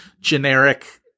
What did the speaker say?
generic